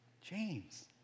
James